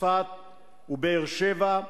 וצפת ובאר-שבע,